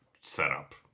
setup